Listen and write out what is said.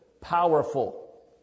powerful